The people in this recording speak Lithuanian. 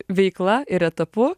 veikla ir etapu